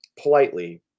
politely